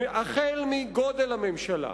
החל מגודל הממשלה,